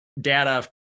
data